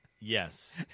Yes